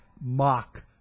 mock